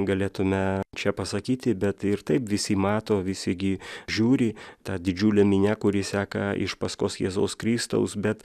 galėtume čia pasakyti bet ir taip visi mato visi gi žiūri ta didžiulė minia kuri seka iš paskos jėzaus kristaus bet